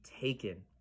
taken